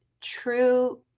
true